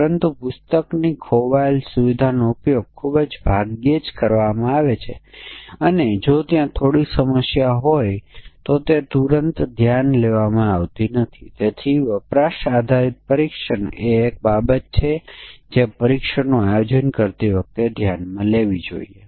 પરંતુ એવી પરિસ્થિતિ શક્ય છે કે જ્યારે બંને બાઉન્ડ્રીમાં કેટલાક મૂલ્યોના કેટલાક વિશિષ્ટ સંયોજન હોય ત્યારે ભૂલો થાય છે તો પછી આપણે 2 પરિમાણોના વિવિધ વિશિષ્ટ મૂલ્યો વચ્ચેના તમામ સંભવિત સંયોજનો ધ્યાનમાં લેવા જોઈએ